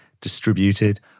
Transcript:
distributed